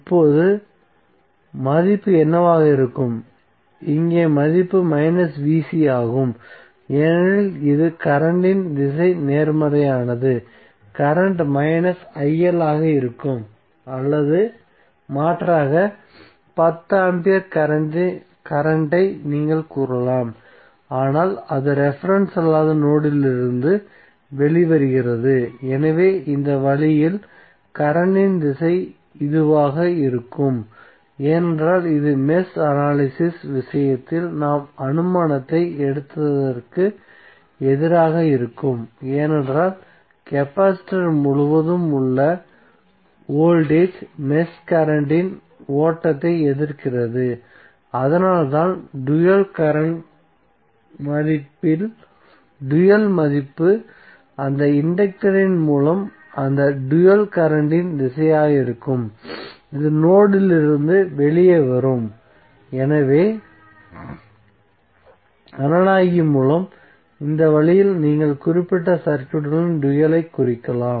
இப்போது மதிப்பு என்னவாக இருக்கும் இங்கே மதிப்பு ஆகும் ஏனெனில் இது கரண்ட்டின் திசைக்கு நேர்மாறானது கரண்ட் ஆக இருக்கும் அல்லது மாற்றாக 10 ஆம்பியர் கரண்ட் ஐ நீங்கள் கூறலாம் ஆனால் அது ரெபரென்ஸ் அல்லாத நோட் லிருந்து வெளிவருகிறது எனவே இந்த வழியில் கரண்ட்டின் திசை இதுவாக இருக்கும் ஏனென்றால் இது மெஷ் அனலிசிஸ் விஷயத்தில் நாம் அனுமானத்தை எடுத்ததற்கு எதிராக இருக்கும் ஏனென்றால் கெபாசிட்டர் முழுவதும் உள்ள வோல்டேஜ் மெஷ் கரண்ட்டின் ஓட்டத்தை எதிர்க்கிறது அதனால்தான் டூயல் கரண்ட் மதிப்பின் டூயல் மதிப்பு அந்த இன்டக்டரின் மூலம் அந்த டூயல் கரண்ட்டின் திசையாக இருக்கும் இது நோட் இலிருந்து வெளியே வரும் எனவே அனாலஜி மூலம் இந்த வழியில் நீங்கள் குறிப்பிட்ட சர்க்யூட்களின் டூயல் ஐ குறிக்கலாம்